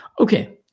Okay